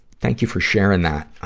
thank you for sharing that.